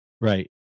Right